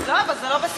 לא, אבל זה לא בסדר.